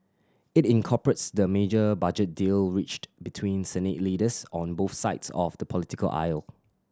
it incorporates the major budget deal reached between Senate leaders on both sides of the political aisle